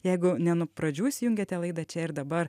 jeigu ne nuo pradžių įsijungėte laida čia ir dabar